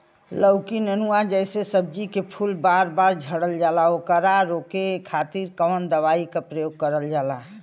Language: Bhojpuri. लौकी नेनुआ जैसे सब्जी के फूल बार बार झड़जाला ओकरा रोके खातीर कवन दवाई के प्रयोग करल जा?